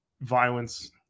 violence